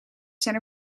zijn